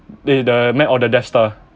they the map of the death star